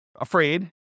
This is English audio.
afraid